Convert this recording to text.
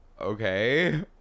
Okay